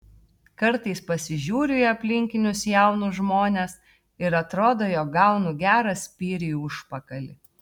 kartais pasižiūriu į aplinkinius jaunus žmones ir atrodo jog gaunu gerą spyrį į užpakalį